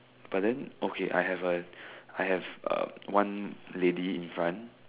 but then okay I have a I have a one lady in front